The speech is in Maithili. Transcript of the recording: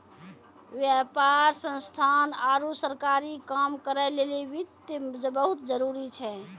व्यापार संस्थान आरु सरकारी काम करै लेली वित्त बहुत जरुरी छै